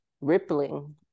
rippling